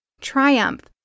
triumph